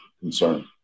concern